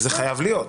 זה חייב להיות.